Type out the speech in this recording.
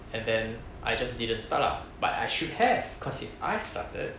and then I just didn't start lah but I should have cause if I started